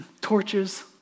Torches